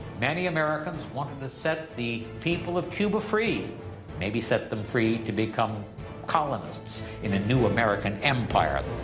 many americans wanted to set the people of cuba free maybe set them free to become colonists in a new american empire.